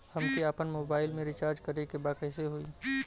हमके आपन मोबाइल मे रिचार्ज करे के बा कैसे होई?